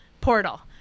Portal